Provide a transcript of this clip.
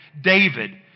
David